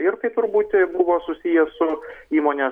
ir tai turbūt buvo susiję su įmonės